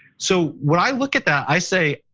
so when i look at that, i say,